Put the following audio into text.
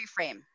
reframe